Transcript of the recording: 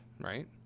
right